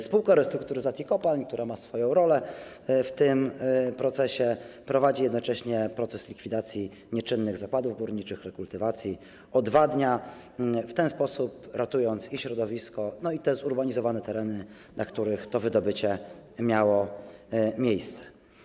Spółka restrukturyzacji kopalń, która ma swoją rolę w tym procesie, prowadzi jednocześnie proces likwidacji nieczynnych zakładów górniczych, rekultywacji, odwadnia, w ten sposób ratując i środowisko, i te zurbanizowane tereny, na których to wydobycie miało miejsce.